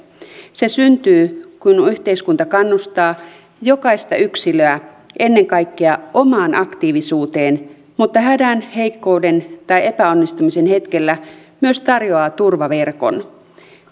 se syntyy kun yhteiskunta kannustaa jokaista yksilöä ennen kaikkea omaan aktiivisuuteen mutta hädän heikkouden tai epäonnistumisen hetkellä myös tarjoaa turvaverkon